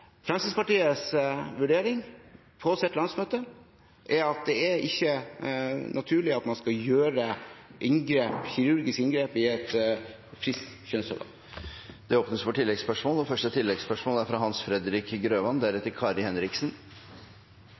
Fremskrittspartiets vurdering på landsmøtet var at det ikke er naturlig å foreta kirurgiske inngrep i et friskt kjønnsorgan. Det åpnes for oppfølgingsspørsmål – først Hans Fredrik Grøvan.